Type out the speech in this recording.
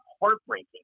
heartbreaking